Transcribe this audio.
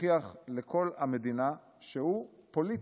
הוכיח לכל המדינה שהוא פוליטי.